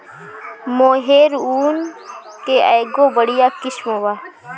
मोहेर ऊन के एगो बढ़िया किस्म बा